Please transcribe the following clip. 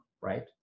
right